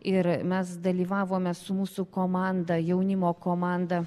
ir mes dalyvavome su mūsų komanda jaunimo komanda